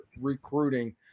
recruiting